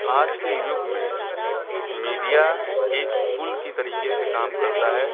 आज के युग में मीडिया एक पुल के तरीके से काम करता है